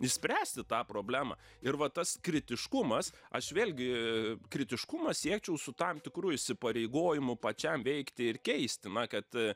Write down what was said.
išspręsti tą problemą ir va tas kritiškumas aš vėlgi kritiškumą siečiau su tam tikru įsipareigojimu pačiam veikti ir keisti na kad